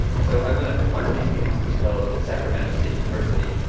so i went up to one of these meetings that was held at sacramento state university